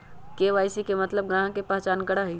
KYC के मतलब ग्राहक का पहचान करहई?